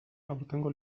aurtengo